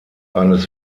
eines